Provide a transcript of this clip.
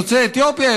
יוצאי אתיופיה,